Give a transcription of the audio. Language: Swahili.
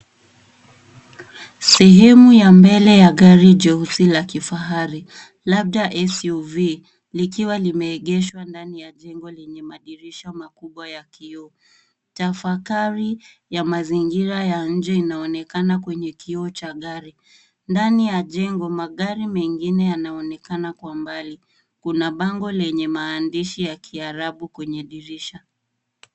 Sehemu ya mbele ya gari jeusi la kifahari labda SUV likiwa limeegeshwa ndani ya jengo lenye madirisha makubwa ya kioo. Tafakari ya mazingira ya nje inaonekana kwenye kioo cha gari. Ndani ya jengo, magari mengine yanaonekana kwa mbali. Kuna bango lenye maandishi ya kiarabu kwenye dirisha.